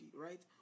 right